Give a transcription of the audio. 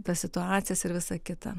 tas situacijas ir visa kita